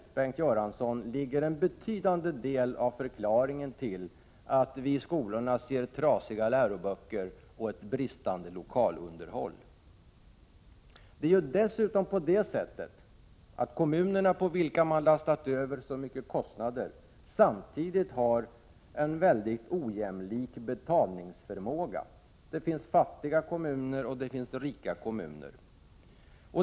Däri, Bengt Göransson, ligger en betydande del av förklaringen till att vi ser trasiga läroböcker och ett bristande lokalunderhåll i skolorna. Kommunerna, på vilka man har lastat över så mycket kostnader, har en mycket ojämlik betalningsförmåga. Det finns fattiga kommuner och det finns rika kommuner.